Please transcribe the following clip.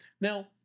Now